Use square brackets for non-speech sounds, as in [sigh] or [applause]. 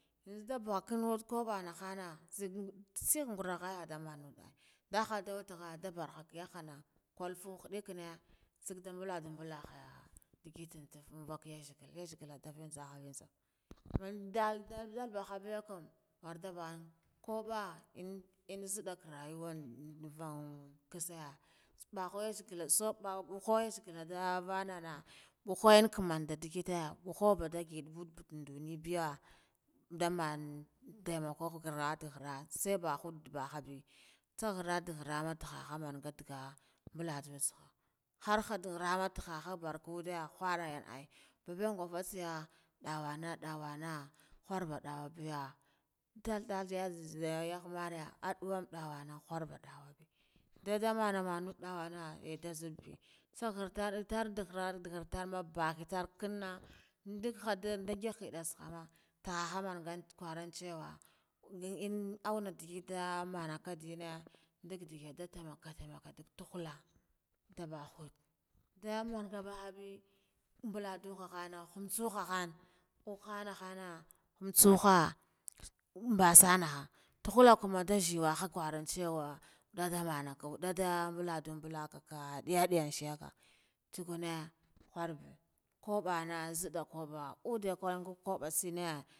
Nyanza da borkanne kubbana nahana ntse tsa njarahe nda manada daha da wetgha dabarha yakhana kulfuhedkine tsak du balandubala haya ndigid tsetson in vak yazegala yazegala ndava tsaya andal dalbahabe kam wardohan kabba in in nziddaka rayuwa vankasa nbaha yazogala so ba yazegalo nda vanonna baha yakon manga digite buhu bedi git but bat ndunibiya ndamon taimaku khara, tah khora sai bahud bahabe tsa khara ta khora khaha manga tugga mbaladu tsha khara hatu khora tu mankha tagga mbuladu tsaha har had khara da tagga bada khora in ai, bebinga fatsaya duwana dawana kharba duwa biya thaldal yazezeye yahe mire aduwan duwana khwa ba dawabe da damana mana dawana nda nzidda be tsa khortar tar dagator ma bakhatar kanna ndak hadan ndagidda hedda tsakan taha gaman gan karan ciwo ngagin auno duguda manaka dere ndak daga taimaka tamaka duk tuhula da bahud, nda manga bahabe combaduha hanu humtsa ha han uhana hana umtsaha ambasa naha tahalakam nde zewaha karan ciwa wadda ndu manaka waddan nda balnche balaka ka diya diyan shekka tsuguno kharbe kubbana nzidda kubba udde [unintelligible]